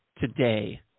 today